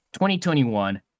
2021